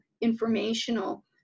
informational